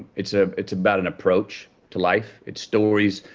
it's ah it's about an approach to life. it's stories,